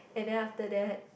and then after that